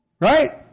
Right